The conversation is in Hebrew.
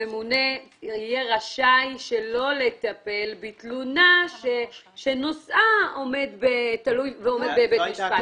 הממונה יהיה רשאי שלא לטפל בתלונה שנושאה תלוי ועומד בבית משפט.